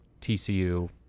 TCU